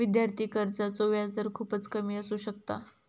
विद्यार्थी कर्जाचो व्याजदर खूपच कमी असू शकता